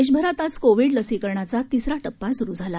देशभरात आज कोविड लसीकरणाचा तिसरा टप्पा स्रु झाला